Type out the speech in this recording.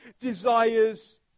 desires